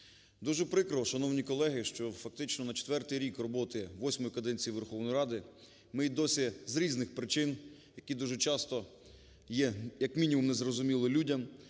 Дуже прикро, шановні колеги, що фактично на четвертий рік роботи восьмої каденції Верховної Ради ми і досі з різних причин, які дуже часто є, як мінімум, незрозумілі людям,